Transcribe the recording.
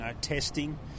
testing